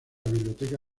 biblioteca